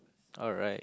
all right